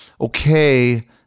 okay